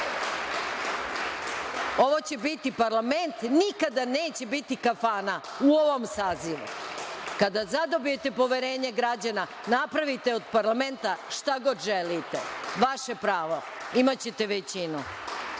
Ovo će biti parlament, nikada neće biti kafana, u ovom sazivu. Kada zadobijete poverenje građana, napravite od parlamenta šta god želite, vaše pravo, imaćete većinu.